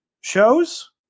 shows